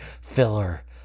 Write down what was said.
filler